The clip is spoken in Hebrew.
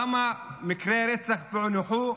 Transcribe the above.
כמה מקרי רצח פוענחו?